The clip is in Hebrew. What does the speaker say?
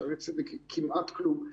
שערי צדק, היא כמעט כלום.